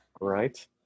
Right